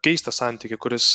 keistą santykį kuris